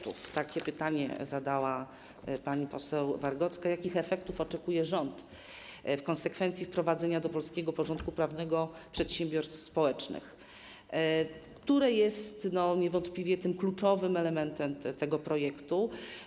Takie pytanie zadała pani poseł Wargocka: Jakich efektów oczekuje rząd w konsekwencji wprowadzenia do polskiego porządku prawnego przedsiębiorstw społecznych, co jest niewątpliwie kluczowym elementem tego projektu?